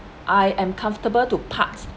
I am comfortable to part